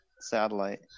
satellite